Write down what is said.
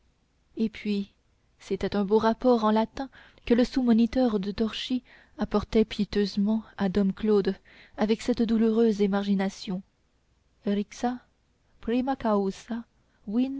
et puis c'était un beau rapport en latin que le sous moniteur de torchi apportait piteusement à dom claude avec cette douloureuse émargination rixa